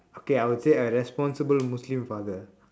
okay I will say a responsible Muslim father